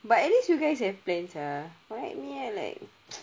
but at least you guys have plans ah like me and like